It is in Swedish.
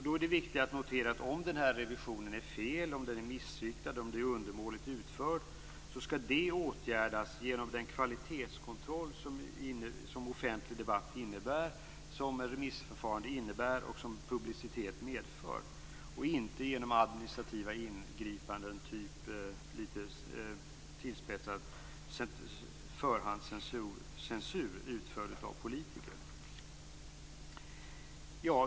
Då är det viktigt att notera att om den här revisionen är fel, om den är missriktad eller undermåligt utförd skall det åtgärdas genom den kvalitetskontroll som offentlig debatt och remissförfarande innebär och som publicitet medför och inte genom administrativa ingripanden typ - litet tillspetsat - förhandscensur utförd av politiker.